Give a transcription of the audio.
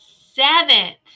seventh